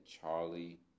Charlie